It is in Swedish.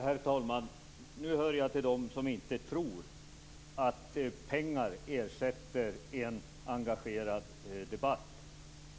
Herr talman! Nu hör jag till dem som inte tror att pengar ersätter en engagerad debatt.